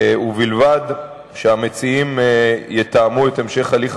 ובלבד שהמציעים יתאמו את המשך הליך